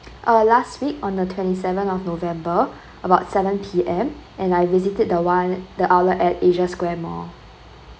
uh last week on the twenty seventh of november about seven P_M and I visited the one the outlet at asia square mall